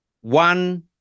One